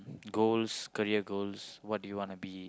goals career goals what do you want to be